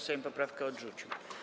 Sejm poprawkę odrzucił.